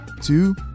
two